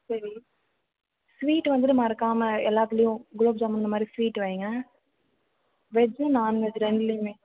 சரி ஸ்வீட் வந்துட்டு மறக்காமல் எல்லாத்துலேயும் குலோப்ஜாமுன் இந்த மாதிரி ஸ்வீட் வையுங்க வெஜ்ஜு நான்வெஜ்ஜு ரெண்டுலேயுமே